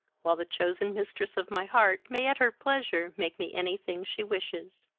while the chosen mistress of my heart may at her pleasure make me any thing she wishes.